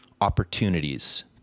opportunities